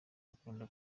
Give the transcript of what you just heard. bakunda